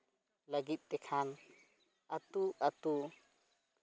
ᱞᱟᱹᱜᱤᱫ ᱛᱮᱠᱷᱟᱱ ᱟᱹᱛᱩᱼᱟᱹᱛᱩ